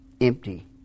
empty